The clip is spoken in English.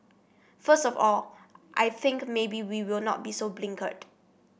first of all I think maybe we will not be so blinkered